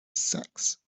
sacks